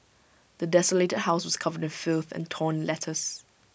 the desolated house was covered in filth and torn letters